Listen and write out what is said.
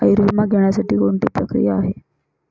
आयुर्विमा घेण्यासाठी कोणती प्रक्रिया आहे?